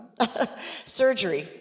Surgery